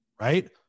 right